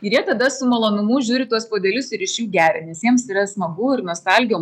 ir jie tada su malonumu žiūri tuos puodelius ir iš jų geria nes jiems yra smagu ir nostalgija